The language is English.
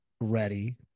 ready